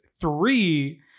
three